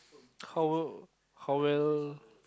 how uh how well